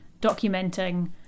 documenting